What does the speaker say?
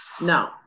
No